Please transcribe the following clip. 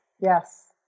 Yes